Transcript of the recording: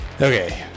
Okay